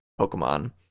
Pokemon